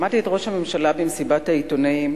שמעתי את ראש הממשלה במסיבת העיתונאים